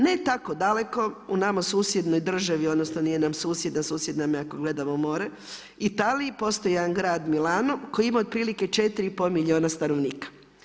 Ne tako daleko u nama susjednoj državi, odnosno nije nam susjedna, susjedna je ako gledamo more, Italiji postoji jedan grad Milano koji ima otprilike 4,5 milijuna stanovnika.